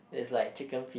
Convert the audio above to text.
is like chicken feed